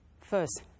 first